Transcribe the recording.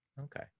Okay